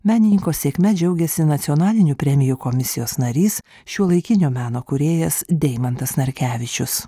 menininko sėkme džiaugiasi nacionalinių premijų komisijos narys šiuolaikinio meno kūrėjas deimantas narkevičius